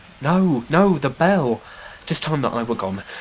no, no, the bell tis time that i were gone.